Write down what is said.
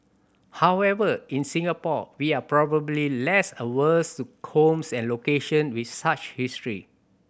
however in Singapore we are probably less averse to homes and location with such history